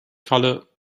color